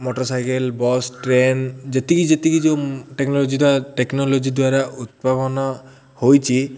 motorcycle bus train ଯେତିକି ଯେତିକି ଯେଉଁ ଟେକ୍ନୋଲୋଜି ଟେକ୍ନୋଲୋଜି ଦ୍ୱାରା ଉଦ୍ଭାବନ ହୋଇଛି